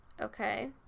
Okay